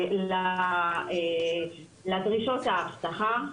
לדרישות האבטחה.